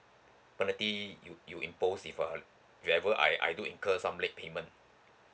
penalty you you impose if uh you ever I I do incur some late payment